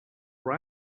for